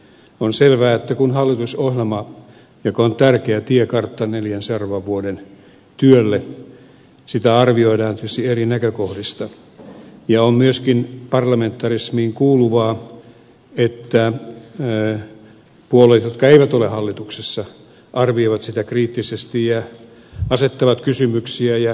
on selvää että hallitusohjelmaa joka on tärkeä tiekartta neljän seuraavan vuoden työlle arvioidaan tietysti eri näkökohdista ja on myöskin parlamentarismiin kuuluvaa että puolueet jotka eivät ole hallituksessa arvioivat sitä kriittisesti ja asettavat kysymyksiä ja ehdollistavat